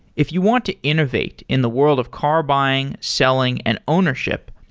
if you want to innovate in the world of car buying, selling and ownership,